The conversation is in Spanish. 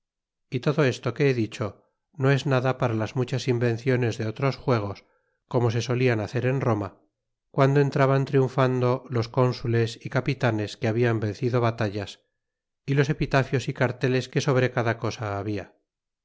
é todo esto que he dicho no es nada para las muchas invenciones de otros juegos como se solían hacer en roma guando entraban triunfando los cónsules y capitanes que habian vencido batallas y los epitafios y carteles que sobre cada cosa habia